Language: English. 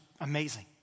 amazing